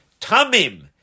Tamim